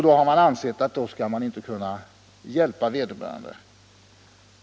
Då har taxeringsintendenterna ansett att man inte kan hjälpa vederbörande.